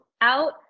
out